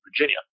Virginia